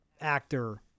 actor